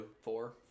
four